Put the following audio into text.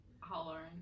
hollering